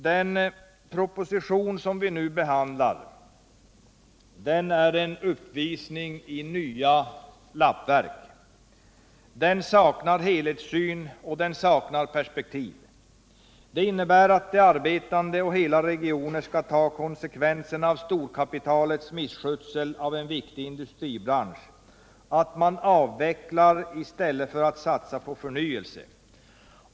Den proposition vi nu behandlar är en uppvisning i nya lappverk. Den saknar helhetssyn och perspektiv. Den innebär att de arbetande och hela regioner skall ta konsekvenserna av storkapitalets misskötsel av en viktig industribransch, att man avvecklar i stället för att satsa på förnyelse.